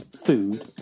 food